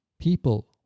people